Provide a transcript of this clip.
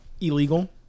Illegal